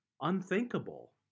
Unthinkable